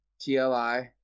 TLI